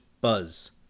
Buzz